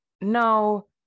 No